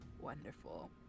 Wonderful